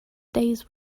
days